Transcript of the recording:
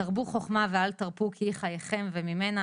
תרבו חוכמה ואל תרפו כי חייכם וממנה